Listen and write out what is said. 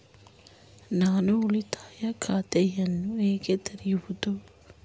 ನಾನು ಉಳಿತಾಯ ಖಾತೆಯನ್ನು ಹೇಗೆ ತೆರೆಯುವುದು?